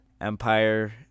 Empire